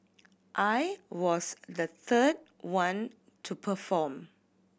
I was the third one to perform